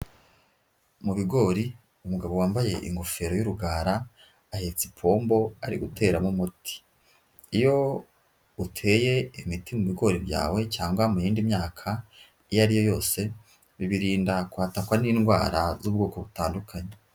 Mu bigori, umugabo wambaye ingofero y'urugara, ahetse ipombo ari guteramo umuti. Iyo uteye imiti mu bigori byawe cyangwa mu yindi myaka, iyo ari yo yose bibirinda kwatakwa n'indwara z'ubwoko butandukanye.